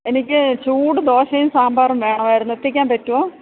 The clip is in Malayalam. എനിക്ക് ചൂട് ദോശയും സാമ്പാറും വേണമായിരുന്നു എത്തിക്കാൻ പറ്റുമോ